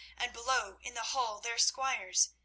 and below, in the hall their squires,